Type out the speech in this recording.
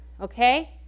okay